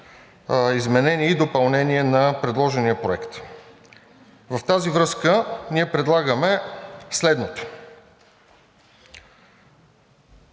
изменение и допълнение на предложения проект. В тази връзка ние предлагаме следния